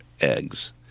eggs